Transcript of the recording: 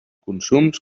consums